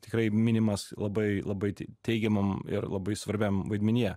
tikrai minimas labai labai te teigiamam ir labai svarbiam vaidmenyje